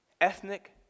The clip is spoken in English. Ethnic